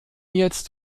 jetzt